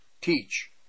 teach